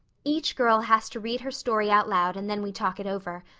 each girl has to read her story out loud and then we talk it over.